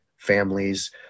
Families